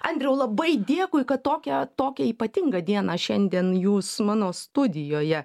andriau labai dėkui kad tokią tokią ypatingą dieną šiandien jūs mano studijoje